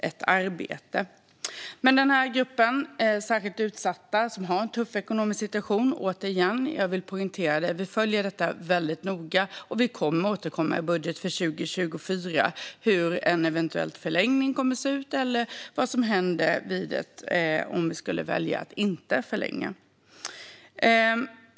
Jag vill poängtera att vi noga följer gruppen särskilt utsatta, som har en tuff ekonomisk situation, och vi kommer att återkomma i budgeten för 2024 om hur en eventuell förlängning kommer att se ut eller vad som händer om vi väljer att inte förlänga.